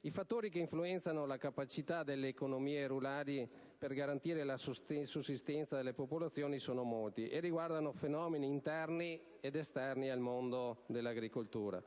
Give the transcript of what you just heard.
I fattori che influenzano la capacità delle economie rurali di garantire la sussistenza alle loro popolazioni sono molti e riguardano fenomeni interni ed esterni al mondo dell'agricoltura,